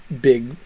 big